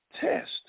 Test